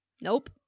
Nope